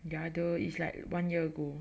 ya duh is like one year ago